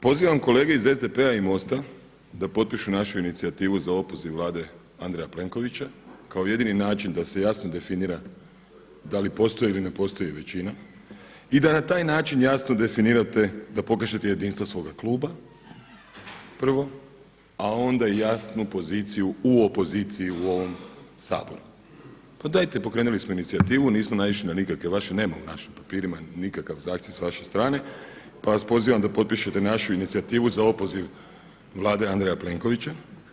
Pozivam kolege iz SDP-a i MOST-a da potpišu našu inicijativu za opoziv Vlade Andreja Plenkovića kao jedini način da se jasno definira da li postoji ili ne postoji većina i da na taj način jasno definirate da pokažete jedinstvo svoga kluba, prvo, a onda jasnu poziciju u opoziciji u ovom Saboru. pa dajte pokrenuli smo inicijativu, nismo naišli na nikakve vaše, nema u našim papirima nikakav zahtjev s vaše strane pa vas pozivam da potpišete našu inicijativu za opoziv Vlade Andreja Plenkovića.